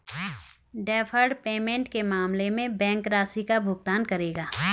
deferred payment के मामले में बैंक राशि का भुगतान करेगा